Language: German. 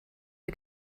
der